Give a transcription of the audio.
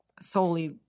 solely